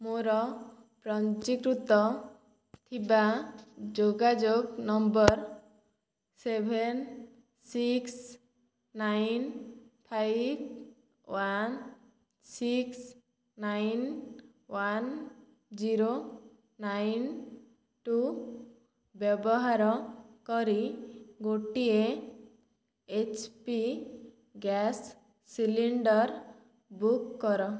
ମୋର ପଞ୍ଜୀକୃତ ଥିବା ଯୋଗାଯୋଗ number seven six nine five one six nine one zero nine two ବ୍ୟବାହାର କରି ଗୋଟିଏ H P gas cylinder book କର